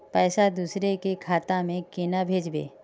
पैसा दूसरे के खाता में केना भेजबे?